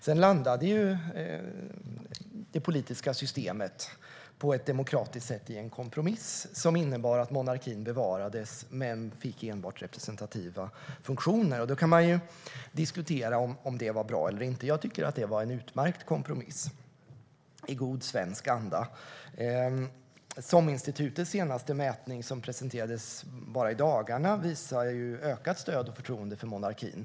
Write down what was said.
Sedan landade det politiska systemet på ett demokratiskt sätt i en kompromiss som innebar att monarkin bevarades, men monarken fick enbart representativa funktioner. Man kan diskutera om det var bra eller inte; jag tycker att det var en utmärkt kompromiss i god svensk anda. SOM-institutets senaste mätning, som presenterades bara i dagarna, visar ökat stöd och förtroende för monarkin.